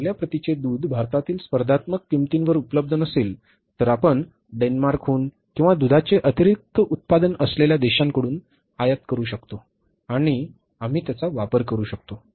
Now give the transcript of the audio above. चांगल्या प्रतीचे दूध भारतातील स्पर्धात्मक किंमतींवर उपलब्ध नसेल तर आपण डेन्मार्कहून किंवा दुधाचे अतिरिक्त उत्पादन असलेल्या देशांकडून आयात करू शकतो आणि आम्ही त्याचा वापर करू शकतो